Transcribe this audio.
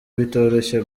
bitoroshye